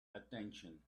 attention